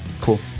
Cool